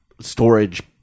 storage